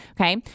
Okay